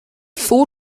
four